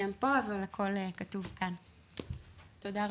תודה רבה.